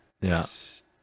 Yes